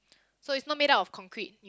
so it's not made up of concrete